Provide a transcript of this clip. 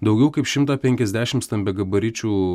daugiau kaip šimtą penkiasdešimt stambiagabaričių